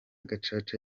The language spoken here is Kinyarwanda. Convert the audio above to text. gacaca